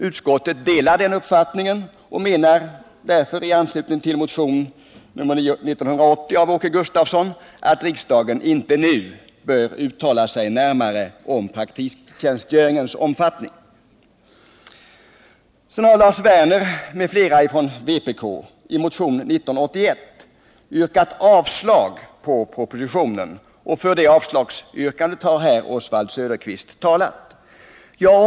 Utskottet delar den uppfattningen och menar i anslutning till motionen 1980 av Åke Gustavsson att riksdagen inte nu bör uttala sig närmare om praktiktjänstgöringens utformning. Lars Werner m.fl. från vpk har i motionen 1981 yrkat avslag på propositionen, och för det yrkandet har Oswald Söderqvist talat här.